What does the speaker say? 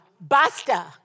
basta